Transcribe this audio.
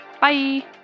bye